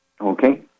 Okay